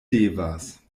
devas